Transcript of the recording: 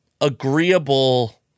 agreeable